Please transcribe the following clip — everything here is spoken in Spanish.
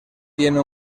tiene